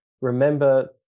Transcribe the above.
remember